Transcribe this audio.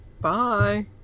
bye